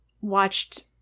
watched